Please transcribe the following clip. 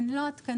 הן לא עדכניות.